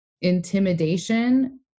intimidation